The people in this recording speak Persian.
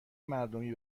مردمی